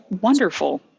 Wonderful